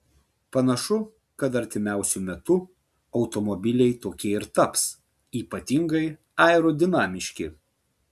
panašu kad artimiausiu metu automobiliai tokie ir taps ypatingai aerodinamiški